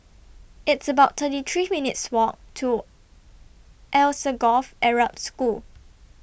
It's about thirty three minutes' Walk to Alsagoff Arab School